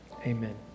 Amen